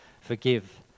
forgive